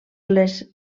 les